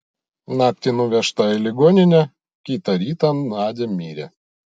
naktį nuvežta į ligoninę kitą rytą nadia mirė